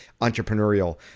entrepreneurial